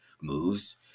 moves